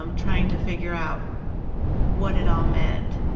um trying to figure out what it all meant.